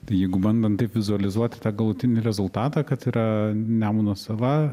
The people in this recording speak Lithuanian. tai jeigu bandant taip vizualizuoti tą galutinį rezultatą kad yra nemuno sala